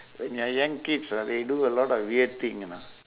when you're young kids ah they do a lot of weird thing you know